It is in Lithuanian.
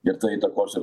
ir tai įtakos ir